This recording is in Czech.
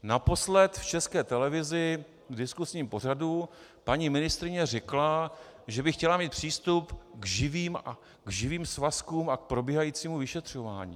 Naposled v České televizi v diskuzním pořadu paní ministryně řekla, že by chtěla mít přístup k živým svazkům a k probíhajícímu vyšetřování.